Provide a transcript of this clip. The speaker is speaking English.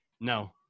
No